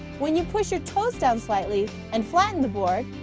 when you push your toes down slightly and flatten the board,